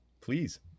please